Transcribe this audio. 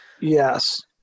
yes